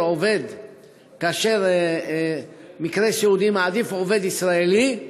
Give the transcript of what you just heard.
כאשר מקרה סיעודי מעדיף עובד ישראלי,